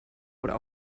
oder